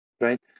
right